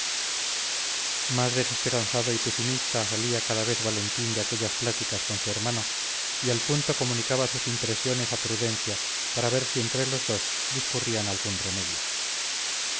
más desesperanzado y pesimista salía cada vez valentín de aquellas pláticas con su hermano y al punto comunicaba sus impresiones a prudencia para ver si entre los dos discurrían algún remedio